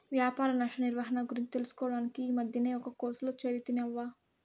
వ్యాపార నష్ట నిర్వహణ గురించి తెలుసుకోడానికి ఈ మద్దినే ఒక కోర్సులో చేరితిని అవ్వా